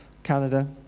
Canada